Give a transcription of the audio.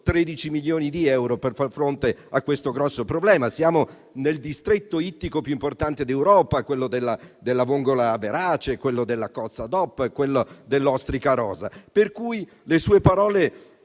Siamo nel distretto ittico più importante d'Europa, quello della vongola verace, quello della cozza DOP, quello dell'ostrica rosa,